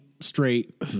straight